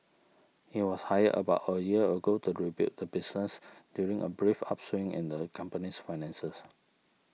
he was hired about a year ago to rebuild the business during a brief upswing in the company's finances